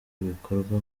ibikorerwa